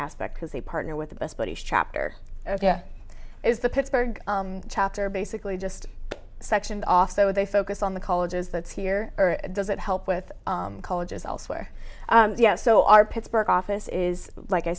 aspect because they partner with the best buddies chapter ok is the pittsburgh chapter basically just sectioned off so they focus on the colleges that's here or does it help with colleges elsewhere yes so are pittsburgh office is like i